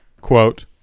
quote